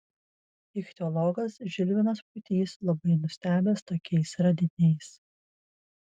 ichtiologas žilvinas pūtys labai nustebęs tokiais radiniais